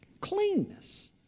Cleanness